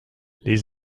les